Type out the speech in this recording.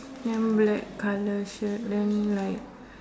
then black colour shirt then like